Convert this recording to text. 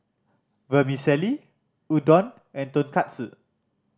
Vermicelli Udon and Tonkatsu